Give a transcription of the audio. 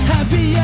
Happy